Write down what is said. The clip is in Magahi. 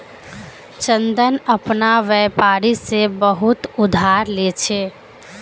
चंदन अपना व्यापारी से बहुत उधार ले छे